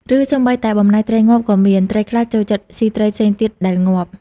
ឬសូម្បីតែបំណែកត្រីងាប់ក៏មាន ត្រីខ្លះចូលចិត្តស៊ីត្រីផ្សេងទៀតដែលងាប់។